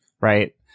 Right